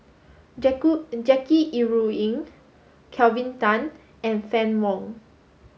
Jackie Yi Ru Ying Kelvin Tan and Fann Wong